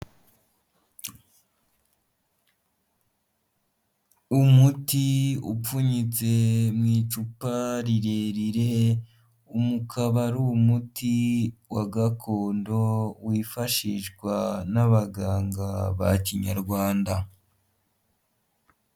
Umuti upfunyitse mu icupa rirerire, uyu akaba ari umuti wa gakondo wifashishwa n'abaganga ba kinyarwanda.